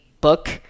book